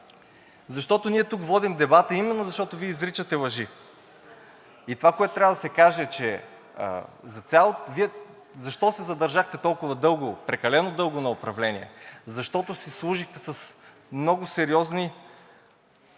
защото ние тук водим дебата именно защото Вие изричате лъжи. И това, което трябва да се каже – Вие защо се задържахте толкова дълго, прекалено дълго на управление? Защото си служихте с много сериозни